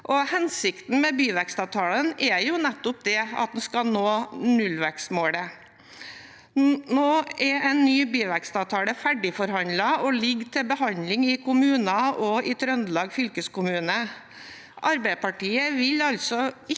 Hensikten med byvekstavtalene er jo nettopp at man skal nå nullvekstmålet. Nå er en ny byvekstavtale ferdigforhandlet og ligger til behandling i kommuner og i Trøndelag fylkeskommune. Arbeiderpartiet vil altså